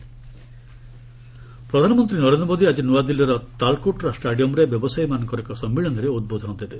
PM traders ପ୍ରଧାନମନ୍ତ୍ରୀ ନରେନ୍ଦ୍ର ମୋଦି ଆଜି ନୂଆଦିଲ୍ଲୀର ତାଳକୋଟରା ଷ୍ଟାଡିୟମ୍ରେ ବ୍ୟବସାୟୀମାନଙ୍କର ଏକ ସମ୍ମିଳନୀରେ ଉଦ୍ବୋଧନ ଦେବେ